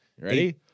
Ready